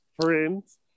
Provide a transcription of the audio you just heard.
Friends